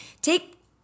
Take